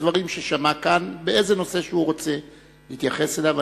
הדברים ששמע כאן באיזה נושא שהוא רוצה להתייחס אליו.